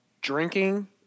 drinking